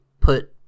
put